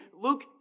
Luke